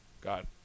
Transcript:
got